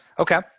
Okay